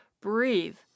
breathe